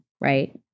right